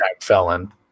felon